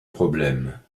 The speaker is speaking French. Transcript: problème